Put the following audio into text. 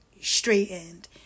straightened